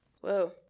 Whoa